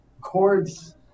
chords